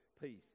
peace